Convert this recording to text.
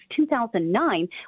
2009